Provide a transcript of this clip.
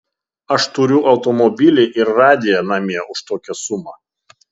aš turiu automobilį ir radiją namie už tokią sumą